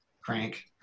Crank